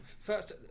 first